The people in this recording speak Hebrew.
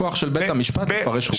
הכוח של בית המשפט לפרש חוקים.